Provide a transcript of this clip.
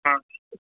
ஆ